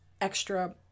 extra